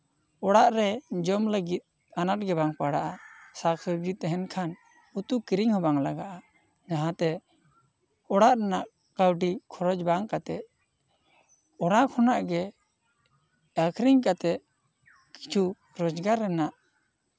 ᱚᱲᱟᱜ ᱨᱮ ᱡᱚᱢ ᱞᱟᱹᱜᱤᱫ ᱟᱱᱟᱴ ᱜᱮᱵᱟᱝ ᱯᱟᱲᱟᱜᱼᱟ ᱥᱟᱠᱼᱥᱚᱵᱡᱤ ᱛᱟᱦᱮᱱ ᱠᱷᱟᱱ ᱩᱛᱩ ᱠᱤᱨᱤᱧ ᱦᱚᱸ ᱵᱟᱝ ᱞᱟᱜᱟᱜᱼᱟ ᱡᱟᱦᱟᱸ ᱛᱮ ᱚᱲᱟᱜ ᱨᱮᱱᱟᱜ ᱠᱟᱹᱣᱰᱤ ᱠᱷᱚᱨᱚᱪ ᱵᱟᱝ ᱠᱟᱛᱮᱜ ᱚᱲᱟᱜ ᱠᱷᱚᱱᱟᱜ ᱜᱮ ᱟᱠᱷᱨᱤᱧ ᱠᱟᱛᱮᱜ ᱠᱤᱪᱷᱩ ᱨᱳᱡᱽᱜᱟᱨ ᱨᱮᱱᱟᱜ